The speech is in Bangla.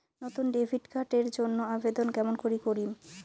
নতুন ডেবিট কার্ড এর জন্যে আবেদন কেমন করি করিম?